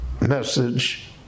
message